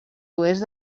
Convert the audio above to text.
oest